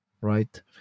right